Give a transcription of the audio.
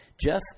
Jeff